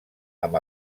amb